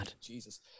Jesus